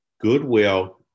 goodwill